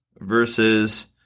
versus